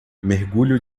mergulho